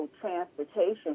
transportation